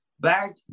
Back